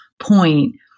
point